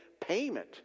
payment